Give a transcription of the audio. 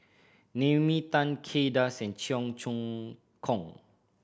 Naomi Tan Kay Das and Cheong Choong Kong